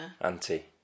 Auntie